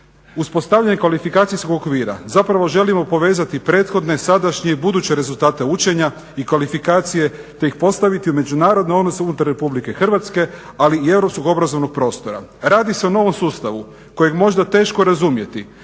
"Uspostavljanje kvalifikacijskog okvira zapravo želimo povezati prethodne sadašnje i buduće rezultate učenja i kvalifikacije te ih postaviti u međunarodne odnose unutar RH ali i europskog obrazovnog prostora. Radi se o novom sustavu kojeg je možda teško razumjeti